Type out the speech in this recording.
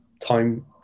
time